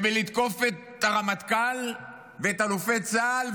ובלתקוף את הרמטכ"ל ואת אלופי צה"ל,